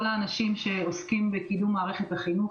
האנשים שעוסקים בקידום מערכת החינוך,